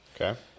Okay